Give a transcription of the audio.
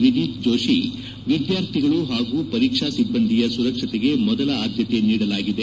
ವಿನೀತ್ ಜೋಷಿ ವಿದ್ಯಾರ್ಥಿಗಳು ಹಾಗೂ ಪರೀಕ್ಷಾ ಸಿಬ್ಬಂದಿ ಸುರಕ್ಷತೆಗೆ ಮೊದಲ ಆದ್ದತೆ ನೀಡಲಾಗಿದೆ